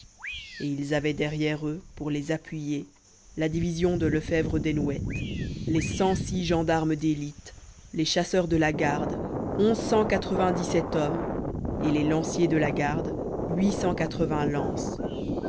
et ils avaient derrière eux pour les appuyer la division de lefebvre desnouettes les cent six gendarmes d'élite les chasseurs de la garde onze cent quatre vingt dix sept hommes et les lanciers de la garde huit cent